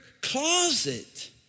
closet